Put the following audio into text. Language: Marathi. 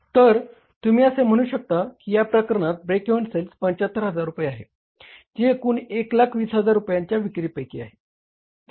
तर तुम्ही असे म्हणू शकता की या प्रकरणात ब्रेक इव्हन सेल्स 75000 रुपये आहे जी एकूण 120000 रुपयांच्या विक्रींपैकी आहे